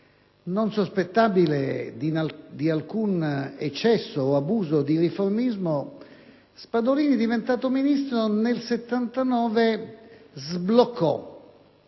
Non sospettabile di alcun eccesso o abuso di riformismo, Spadolini, diventato ministro, nel 1979 sbloccò